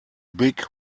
big